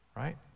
right